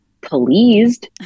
pleased